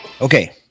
Okay